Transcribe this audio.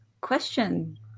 question